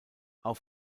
auf